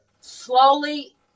slowly